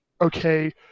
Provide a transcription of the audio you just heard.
okay